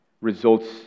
results